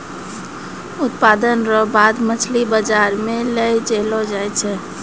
उत्पादन रो बाद मछली बाजार मे लै जैलो जाय छै